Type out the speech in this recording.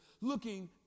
looking